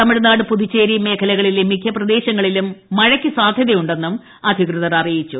തമിഴ്നാട് പുതുച്ചേരി മേഖലകളിലെ മിക്ക പ്രദേശങ്ങളിലും മഴയ്ക്ക് സാധ്യതയുണ്ടെന്നും അധികൃതർ അറിയിച്ചു